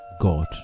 God